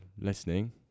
listening